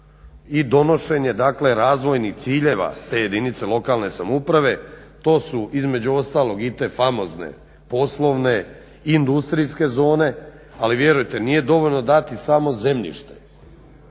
i donošenje dakle razvojnih ciljeva te jedinice lokalne samouprave. To su između ostalog i te famozne poslovne industrijske zone. Ali vjerujte nije dovoljno dati samo zemljište